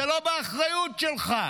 זה לא באחריות שלך.